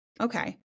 okay